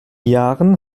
jahren